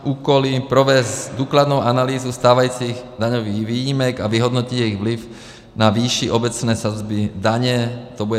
Úkoly: provést důkladnou analýzu stávajících daňových výjimek a vyhodnotit jejich vliv na výši obecné sazby daně, to bude 2020.